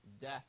death